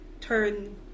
turn